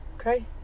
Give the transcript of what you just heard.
Okay